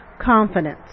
confidence